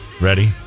Ready